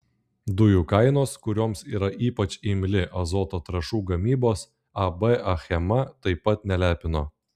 dujų kainos kurioms yra ypač imli azoto trąšų gamybos ab achema taip pat nelepino